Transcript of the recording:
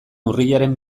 urriaren